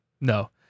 no